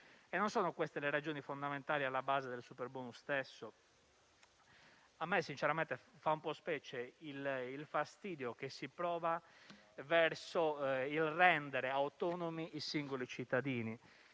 e non sono queste le ragioni fondamentali alla base del superbonus stesso? A me sinceramente sorprende il fastidio che si prova verso il rendere autonomi i singoli cittadini.